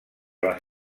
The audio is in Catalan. les